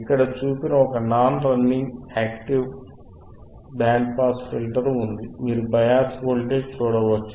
ఇక్కడ చూపిన ఒక non running active band pass filter ఉంది మీరు బయాస్ వోల్టేజ్ చూడవచ్చు